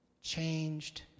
changed